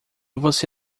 você